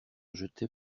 jetait